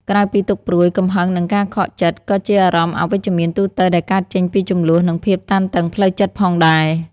ក្រៅពីទុក្ខព្រួយ កំហឹង និងការខកចិត្ត ក៏ជាអារម្មណ៍អវិជ្ជមានទូទៅដែលកើតចេញពីជម្លោះ និងភាពតានតឹងផ្លូវចិត្តផងដែរ។